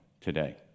today